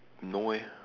no eh